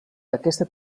aquesta